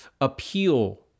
appeal